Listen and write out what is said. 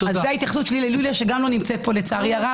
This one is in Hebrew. זאת ההתייחסות שלי ליוליה שגם לא נמצאת פה לצערי הרב.